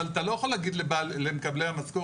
אבל אתה לא יכול להגיד למקבלי המשכורת: